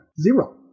Zero